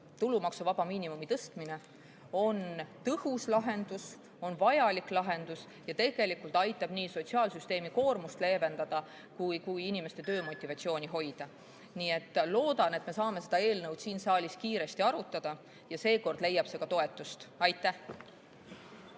tulumaksuvaba miinimumi tõstmine, tõhus lahendus, vajalik lahendus ja tegelikult aitab nii sotsiaalsüsteemi koormust leevendada kui ka inimeste töömotivatsiooni hoida. Nii et loodan, et me saame seda eelnõu siin saalis kiiresti arutada ja seekord leiab see ka toetust. Aitäh!